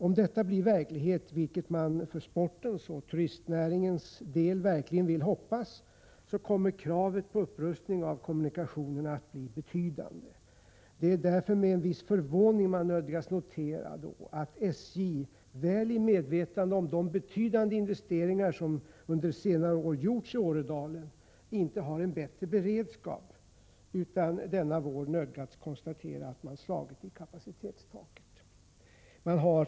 Om detta blir verklighet, vilket man för sportens och turistnäringens del verkligen vill hoppas, så kommer kraven på upprustning av kommunikationerna att bli betydande. Det är därför med en viss förvåning man tvingas notera att SJ, i medvetande om de betydande investeringar som under senare år gjorts i Åredalen, inte har en bättre beredskap utan nödgats konstatera att man slagit i kapacitetstaket.